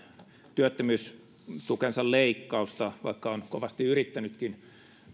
työttömyystukensa leikkausta vaikka on kovasti yrittänytkin